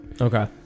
Okay